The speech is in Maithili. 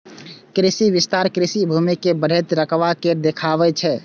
कृषि विस्तार कृषि भूमि के बढ़ैत रकबा के देखाबै छै